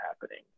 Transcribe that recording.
happening